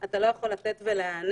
אתה לא יכול לתת ולהעניק